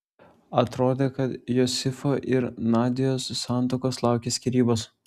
atrodė kad josifo ir nadios santuokos laukia skyrybos